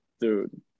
dude